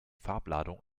farbladung